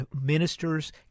ministers